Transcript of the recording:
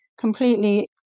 completely